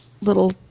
little